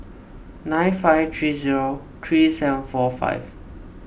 nine five three zero three seven four five